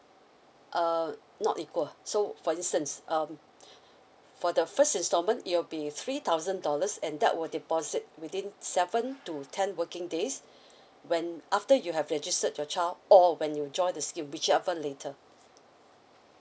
uh not equal so for instance um for the first instalment it will be three thousand dollars and that will deposit within seven to ten working days when after you have registered your child or when you join the scheme whichever later